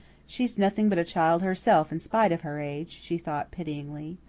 she's nothing but a child herself in spite of her age, she thought pityingly.